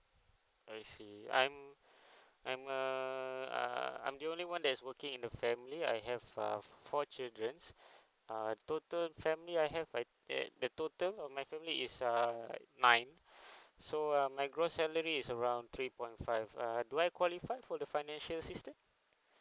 I see I'm I'm err I'm the only one that is working in the family I have uh four children uh total family I have I at the total of my family is err nine so uh my gross salary is around three point five uh do I qualified for the financial system